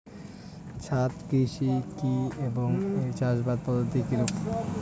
ছাদ কৃষি কী এবং এর চাষাবাদ পদ্ধতি কিরূপ?